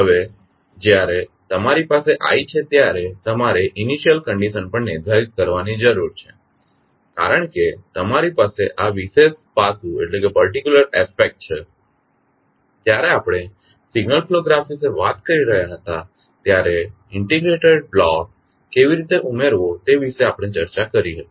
હવે જ્યારે તમારી પાસે i છે ત્યારે તમારે ઇનિશ્યલ કંડીશન પણ નિર્ધારિત કરવાની જરૂર છે કારણ કે તમારી પાસે આ વિશેષ પાસુ છે જ્યારે આપણે સિગ્નલ ફ્લો ગ્રાફ વિશે વાત કરી રહ્યા હતા ત્યારે ઇન્ટિગ્રેટેડ બ્લોક કેવી રીતે ઉમેરવો તે વિશે આપણે ચર્ચા કરી હતી